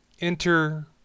enter